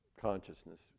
consciousness